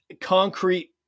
concrete